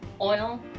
oil